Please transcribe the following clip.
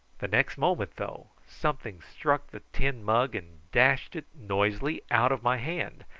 the next moment, though, something struck the tin mug and dashed it noisily out of my hand,